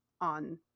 on